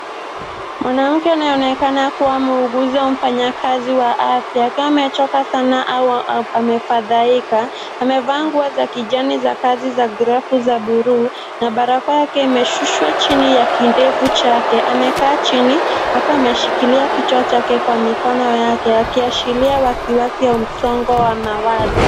Mwanamke anayeonekana kuwa muuguzi au mfanya kazi wa afya akiwa amechoka sana au amefadhaika amevaa nguo za kijani za kazi za glavu za bluu na barakoa yake imeshushwa chini ya kindevu chake, amekaa chini akiwa ameshikilia kichwa chake kwa mikono yake akiashiria wasiwasi au msongo wa mawazo.